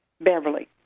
Beverly